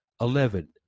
Eleven